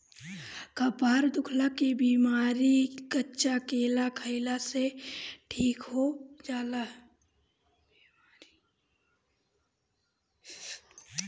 कपार दुखइला के बेमारी कच्चा केरा खइला से ठीक हो जाला